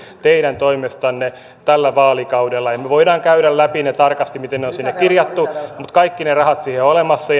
teidän toimestanne tällä vaalikaudella tehtävät leikkaukset ja me voimme käydä läpi tarkasti miten ne on sinne kirjattu mutta kaikki ne ne rahat siihen on olemassa